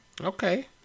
Okay